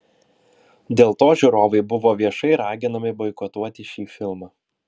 dėl to žiūrovai buvo viešai raginami boikotuoti šį filmą